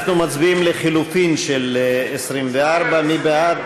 אנחנו מצביעים על לחלופין של 24. מי בעד?